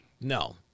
No